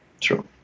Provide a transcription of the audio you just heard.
true